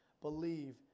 believe